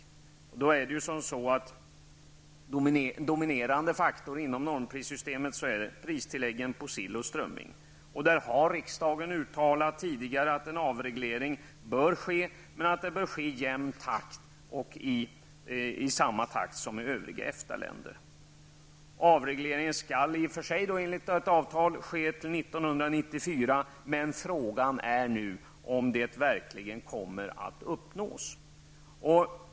Pristilläggen på sill och strömming är ju en dominerande faktor inom normprissystemet. Riksdagen har tidigare uttalat att en avreglering bör ske, men den bör ske i en jämn takt och i samma takt som avregleringen i övriga EFTA-länder. Avregleringen skall i och för sig enligt avtalet ske till 1994, men frågan är nu om detta mål verkligen kommer att uppnås.